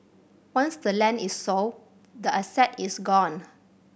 once the land is sold the asset is gone